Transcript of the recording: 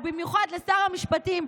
ובמיוחד לשר המשפטים,